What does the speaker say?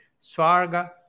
Swarga